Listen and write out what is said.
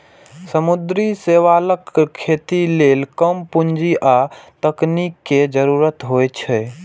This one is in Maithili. समुद्री शैवालक खेती लेल कम पूंजी आ तकनीक के जरूरत होइ छै